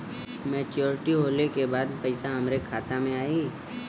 Maturity होले के बाद पैसा हमरे खाता में आई?